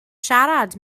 siarad